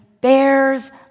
bears